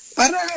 para